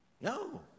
No